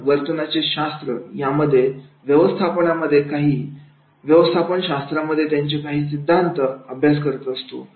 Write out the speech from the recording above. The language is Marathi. आपण वर्तनाचे शास्त्र यामध्ये व्यवस्थापनामध्ये काही व्यवस्थापनशास्त्रामध्ये त्याचे काही सिद्धांत अभ्यास करत असतो